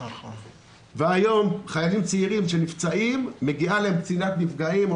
והיום חיילים צעירים שנפצעים מגיעה אליהם קצינת נפגעים,